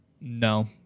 No